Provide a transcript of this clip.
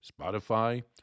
Spotify